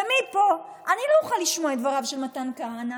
ואני לא אוכל לשמוע את דבריו של מתן כהנא,